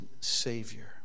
Savior